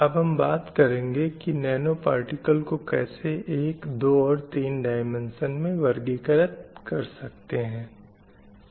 अब हम बात करेंगे की नैनो पार्टिकल को कैसे एक दो और तीन डाईमेन्शन में वर्गीकृत कर सकते हैं